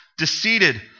deceited